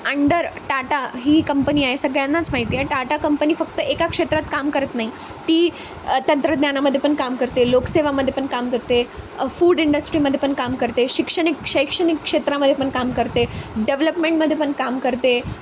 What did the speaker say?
under Tata ही कंपनी आहे सगळ्यांनाच माहिती आहे टाटा कंपनी फक्त एका क्षेत्रात काम करत नाही ती तंत्रज्ञानामध्ये पण काम करते लोकसेवेमध्ये पण काम करते फूड इंडस्ट्रीमध्ये पण काम करते शैक्षणिक शैक्षणिक क्षेत्रामध्ये पण काम करते डेव्हलपमेंटमध्ये पण काम करते